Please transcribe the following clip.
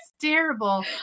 terrible